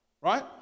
right